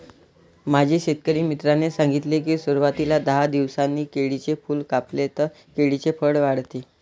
माझ्या शेतकरी मित्राने सांगितले की, सुरवातीला दहा दिवसांनी केळीचे फूल कापले तर केळीचे फळ वाढते